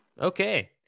Okay